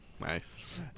Nice